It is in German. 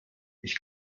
ich